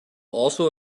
also